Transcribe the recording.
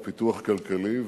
ופיתוח כלכלי,